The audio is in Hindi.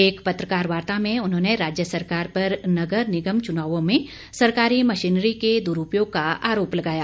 एक पत्रकार वार्ता में उन्होंने राज्य सरकार पर नगर निगम चुनावों में सरकारी मशीनरी के दुरूपयोग का आरोप लगाया